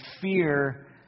fear